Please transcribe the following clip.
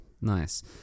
nice